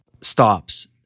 stops